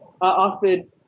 offered